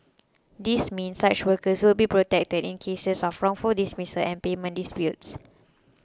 this means such workers will be protected in cases of wrongful dismissals and payment disputes